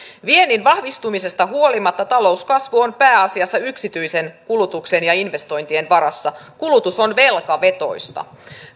viennin vahvistumisesta huolimatta talouskasvu on pääasiassa yksityisen kulutuksen ja investointien varassa kulutus on velkavetoista